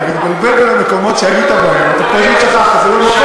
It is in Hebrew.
אתה מתבלבל בין המקומות שהיית בהם, שי,